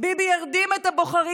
ביבי הרדים את הבוחרים,